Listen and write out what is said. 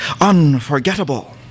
unforgettable